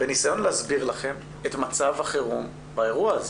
בניסיון להסביר לכם את מצב החירום באירוע הזה.